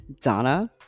Donna